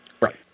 Right